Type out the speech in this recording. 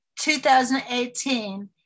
2018